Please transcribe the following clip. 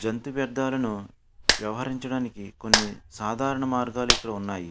జంతు వ్యర్ధాలను వ్యవహరించడానికి కొన్ని సాధారణ మార్గాలు ఇక్కడ ఉన్నాయి